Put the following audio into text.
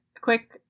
quick